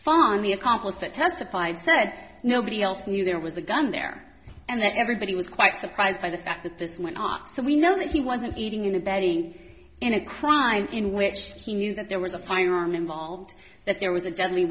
the accomplice that testified said nobody else knew there was a gun there and that everybody was quite surprised by the fact that this went on so we know that he wasn't eating in a bedding in a crime in which he knew that there was a firearm involved that there was a deadly